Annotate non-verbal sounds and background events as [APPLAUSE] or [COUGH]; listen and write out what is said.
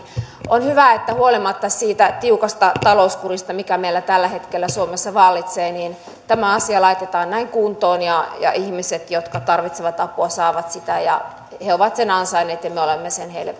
on hyvä että huolimatta siitä tiukasta talouskurista mikä meillä tällä hetkellä suomessa vallitsee tämä asia laitetaan näin kuntoon ja ja ihmiset jotka tarvitsevat apua saavat sitä he ovat sen ansainneet ja me olemme sen heille [UNINTELLIGIBLE]